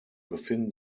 befinden